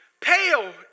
pale